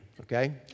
okay